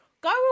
Go